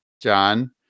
john